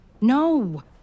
no